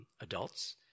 adults